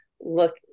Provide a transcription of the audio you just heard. look